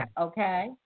okay